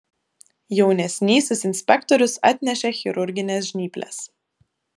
jaunesnysis inspektorius atnešė chirurgines žnyples